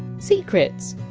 secrets?